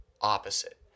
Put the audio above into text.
opposite